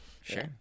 sure